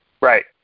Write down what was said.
right